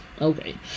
Okay